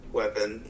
weapon